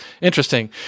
Interesting